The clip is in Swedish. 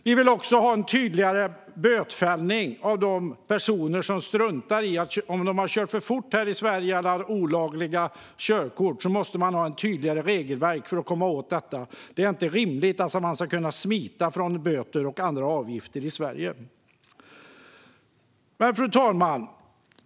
Vi vill ha en tydligare bötfällning av de personer som struntar i om de har kört för fort här i Sverige eller har olagliga körkort. Vi måste ha ett tydligare regelverk för att komma åt detta. Det är inte rimligt att man ska kunna smita från böter och andra avgifter i Sverige. Fru talman!